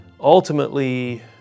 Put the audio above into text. ultimately